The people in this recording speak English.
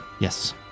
Yes